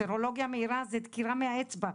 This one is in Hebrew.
סרולוגיה מהירה זה דקירה מהאצבע,